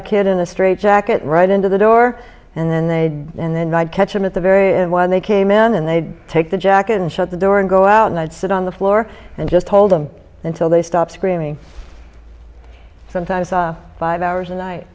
a kid in a straitjacket right into the door and then they'd and then i'd catch them at the very end when they came in and they'd take the jacket and shut the door and go out and i'd sit on the floor and just hold them until they stop screaming sometimes five hours a night